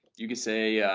you can say